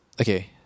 okay